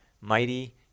mighty